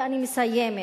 ואני מסיימת,